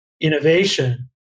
innovation